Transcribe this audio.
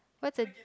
what the